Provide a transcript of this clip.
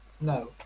No